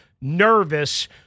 nervous